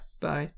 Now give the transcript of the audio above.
bye